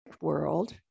world